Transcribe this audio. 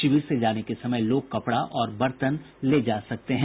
शिविर से जाने के समय लोग कपड़ा और बर्तन ले जा सकते हैं